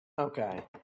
okay